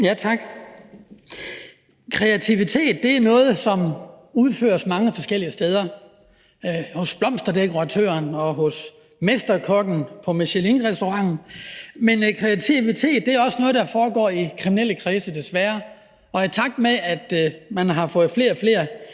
Tak. Kreativitet er noget, som udføres mange forskellige steder – af blomsterdekoratøren, af mesterkokken på michelinrestauranten. Men kreativitet er også noget, der udøves i kriminelle kredse – desværre. Og i takt med at man har fået flere og flere